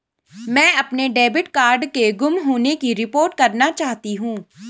मैं अपने debit card के गुम होने की रिपोर्ट करना चाहती हूँ